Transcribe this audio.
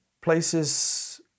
places